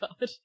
God